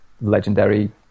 legendary